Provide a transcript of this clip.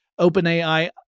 OpenAI